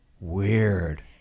weird